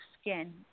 skin